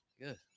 good